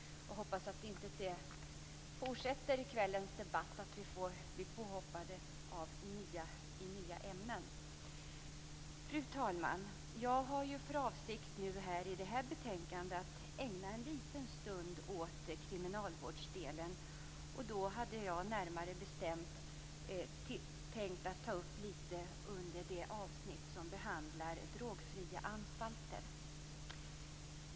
Jag hoppas att detta inte händer fler gånger under kvällens debatt, dvs. att vi i debatten blir påhoppade om nya ämnen. Fru talman! Jag har för avsikt att i debatten om detta betänkande ägna en liten stund åt kriminalvårdsdelen. Jag hade närmare bestämt tänkt ta upp en del i det avsnitt där drogfria anstalter behandlas.